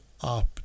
up